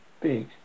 big